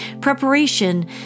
preparation